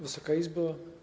Wysoka Izbo!